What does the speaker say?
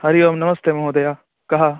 हरिः ओम् नमस्ते महोदय कः